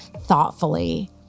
thoughtfully